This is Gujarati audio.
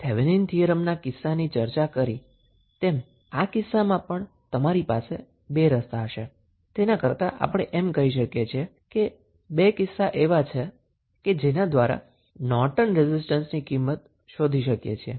હવે જેમ આપણે થેવેનીન થીયરમના કિસ્સાની ચર્ચા કરી તેમ આ કિસ્સામાં પણ તમારી પાસે બે રસ્તા હશે તેના કરતા આપણે તેમ કહી શકીએ કે બે કિસ્સા એવા છે કે જેના દ્વારા નોર્ટન રેઝિસ્ટન્સની કિંમત શોધી શકીએ છીએ